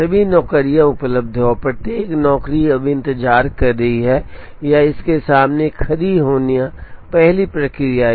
सभी नौकरियां उपलब्ध हैं और प्रत्येक नौकरी अब इंतजार कर रही है या इसके सामने खड़ी होना पहली प्रक्रिया है